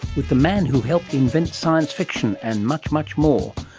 with the man who helped invent science fiction and much, much more.